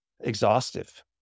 exhaustive